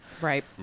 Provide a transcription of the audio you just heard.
Right